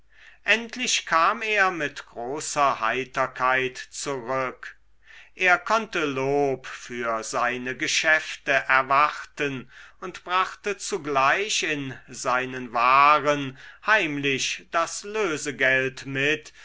endlich kam er mit großer heiterkeit zurück er konnte lob für seine geschäfte erwarten und brachte zugleich in seinen waren heimlich das lösegeld mit